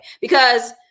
Because-